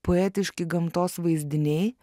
poetiški gamtos vaizdiniai